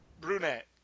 brunette